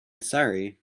sorry